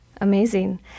Amazing